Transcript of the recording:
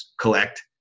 collect